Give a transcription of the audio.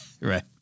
Right